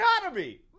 economy